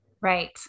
Right